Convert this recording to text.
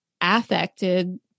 affected